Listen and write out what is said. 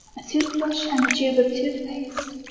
a toothbrush and a tube of toothpaste,